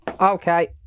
Okay